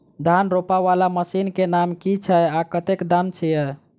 धान रोपा वला मशीन केँ नाम की छैय आ कतेक दाम छैय?